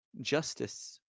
justice